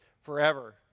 forever